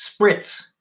Spritz